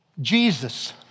Jesus